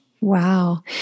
Wow